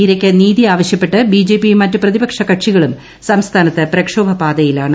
ഇരയ്ക്ക് നീതി ആവശ്യപ്പെട്ട് ബിജെപിയും മറ്റ് പ്രതിപക്ഷ കക്ഷികളും സംസ്ഥാനത്ത് പ്രക്ഷോഭപാതയിലാണ്